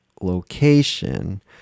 location